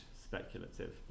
speculative